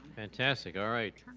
fantastic! alright,